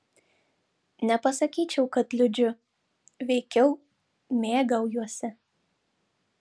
nepasakyčiau kad liūdžiu veikiau mėgaujuosi